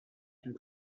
and